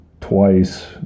twice